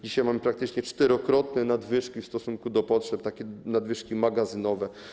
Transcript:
Dzisiaj mamy praktycznie 4-krotne nadwyżki w stosunku do potrzeb, takie nadwyżki magazynowe.